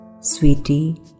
Sweetie